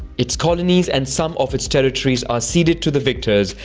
its colonies and some of its territories are ceded to the victors,